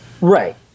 Right